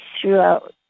throughout